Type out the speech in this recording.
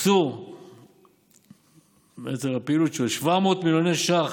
הוקצו לפעילות שלו 700 מיליון ש"ח